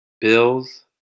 Bills